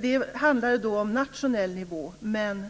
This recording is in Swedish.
Det handlade då om nationell nivå. Men